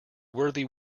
worthy